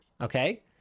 okay